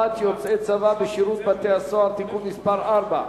יוצאי צבא בשירות בתי-הסוהר) (תיקון מס' 4),